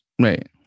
Right